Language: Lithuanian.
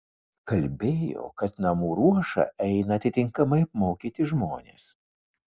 kalbėjo kad namų ruošą eina atitinkamai apmokyti žmonės